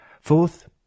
Fourth